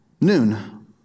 Noon